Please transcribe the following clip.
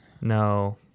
No